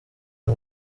uyu